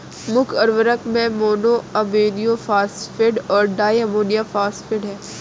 मुख्य उर्वरक में मोनो अमोनियम फॉस्फेट और डाई अमोनियम फॉस्फेट हैं